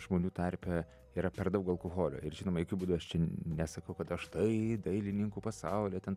žmonių tarpe yra per daug alkoholio ir žinoma jokiu būdu nesakau kad a štai dailininkų pasaulyje ten